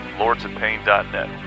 lordsofpain.net